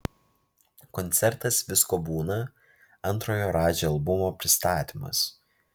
koncertas visko būna antrojo radži albumo pristatymas